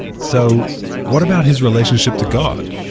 so, what about his relationship to god?